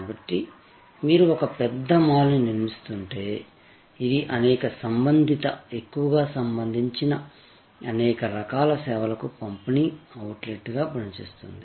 కాబట్టి మీరు ఒక పెద్ద మాల్ని నిర్మిస్తుంటే ఇది అనేక సంబంధిత ఎక్కువగా సంబంధించిన అనేక రకాల సేవలకు పంపిణీ అవుట్లెట్గా పనిచేస్తుంది